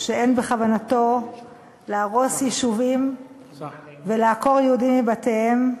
שאין בכוונתו להרוס יישובים ולעקור יהודים מבתיהם.